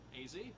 AZ